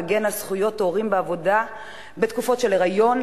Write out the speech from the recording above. מגן על זכויות הורים בעבודה בתקופות של היריון,